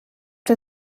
der